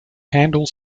handle